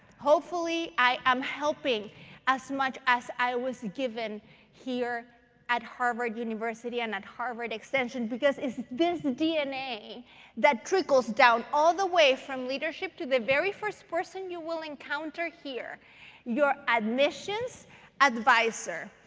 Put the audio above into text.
hopefully, i am helping as much as i was given here at harvard university and at harvard extension, because it's this dna that trickles down all the way from leadership to the very first person you will encounter here your admissions advisor.